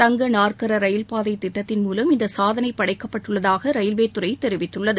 தங்க நாற்கர ரயில்பாதை திட்டத்தின் மூலம் இந்த சாதனை படைக்கப்பட்டுள்ளதாக ரயில்வேத்துறை தெரிவித்கள்ளது